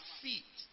feet